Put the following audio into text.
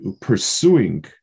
pursuing